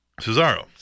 Cesaro